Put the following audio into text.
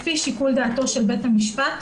לפי שיקול דעתו של בית המשפט,